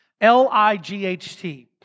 L-I-G-H-T